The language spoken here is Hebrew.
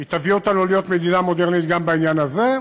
היא תביא אותנו להיות מדינה מודרנית גם בעניין הזה,